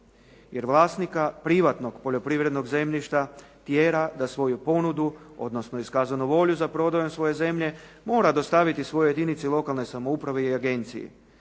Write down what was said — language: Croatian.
Jer vlasnika privatnog poljoprivrednog zemljišta, tjera da svoju ponudu, odnosno iskazanu volju za prodajom svoje zemlje, mora dostaviti jedinici lokalne samouprave i agenciji.